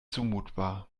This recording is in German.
zumutbar